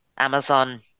Amazon